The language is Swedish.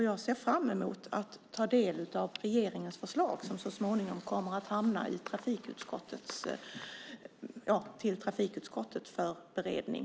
Jag ser fram emot att ta del av regeringens förslag som så småningom kommer till trafikutskottet för beredning.